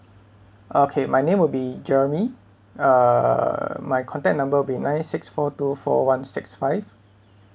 okay my name will be jeremy uh my contact number will be nine six four two four one six five